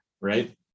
Right